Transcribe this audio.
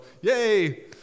yay